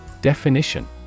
Definition